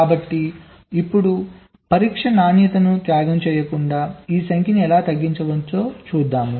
కాబట్టి ఇప్పుడు పరీక్ష నాణ్యతను త్యాగం చేయకుండా ఈ సంఖ్యను ఎలా తగ్గించవచ్చో చూద్దాం